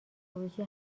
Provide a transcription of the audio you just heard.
فروشی